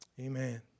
Amen